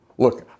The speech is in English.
Look